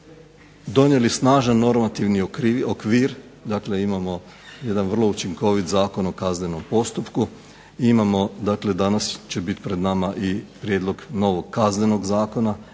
donijeli snažan normativni okvir. Dakle, imamo jedan vrlo učinkovit Zakon o kaznenom postupku. Imamo dakle, danas će biti pred nama i prijedlog novog kaznenog zakona